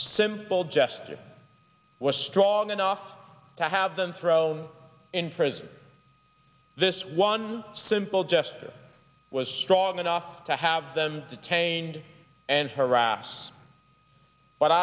simple gesture was strong enough to have them thrown in prison this one simple justice was strong enough to have them detained and harass but